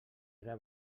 era